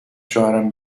شوهرم